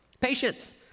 Patience